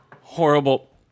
Horrible